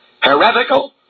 heretical